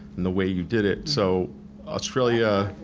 and the way you did it, so australia,